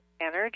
energy